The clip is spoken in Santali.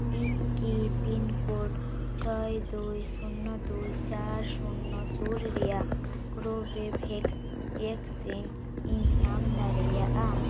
ᱤᱧᱠᱤ ᱯᱤᱱᱠᱳᱰ ᱪᱷᱚᱭ ᱫᱩᱭ ᱥᱩᱱᱱᱚ ᱫᱩᱭ ᱪᱟᱨ ᱥᱩᱱᱱᱚ ᱥᱩᱨ ᱨᱮᱭᱟᱜ ᱠᱳᱼ ᱵᱷᱮᱠᱥ ᱵᱷᱮᱠᱥᱤᱱ ᱤᱧ ᱧᱟᱢ ᱫᱟᱲᱮᱭᱟᱜᱼᱟ